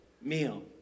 meal